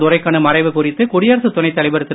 துரைக்கண்ணு மறைவு குறித்து குடியரசுத் துணை தலைவர் திரு